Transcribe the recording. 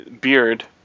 Beard